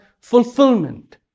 fulfillment